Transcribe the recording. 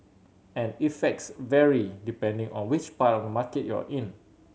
and effects vary depending on which part of the market you're in